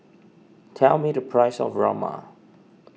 tell me the price of Rajma